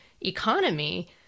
economy